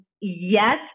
yes